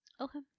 okay